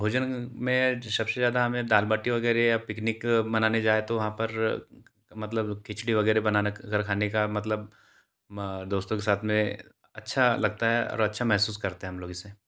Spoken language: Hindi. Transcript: भोजन में सबसे ज़्यादा हमें दाल बाटी वगैरह या पिकनिक मनाने जाएँ तो वहाँ पर मतलब खिचड़ी वगैरह बनाना अगर खाने का मतलब दोस्तों के साथ में अच्छा लगता है और अच्छा महसूस करते हैं हम लोग इसे